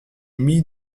mit